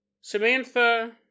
Samantha